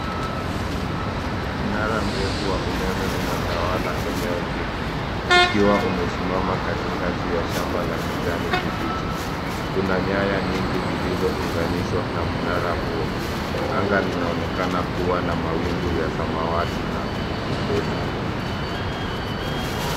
Mnara mrefu wa umeme unatawala eneo hili ukiwa umesimama katikati ya shamba la kijani kibichi. Kuna nyaya nyingi zilizounganishwa na mnara huo. Anga linaonekana kuwa na mawingu ya samawati na mpesi.